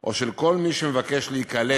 או של כל מי שמבקש להיקלט